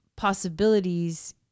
possibilities